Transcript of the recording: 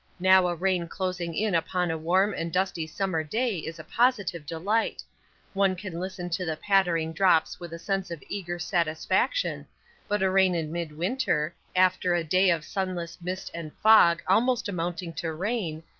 now a rain closing in upon a warm and dusty summer day is a positive delight one can listen to the pattering drops with a sense of eager satisfaction but a rain in midwinter, after a day of sunless mist and fog, almost amounting to rain,